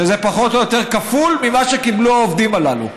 שזה פחות או יותר כפול ממה שקיבלו העובדים הללו.